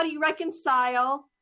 reconcile